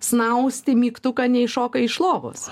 snausti mygtuką neiššoka iš lovos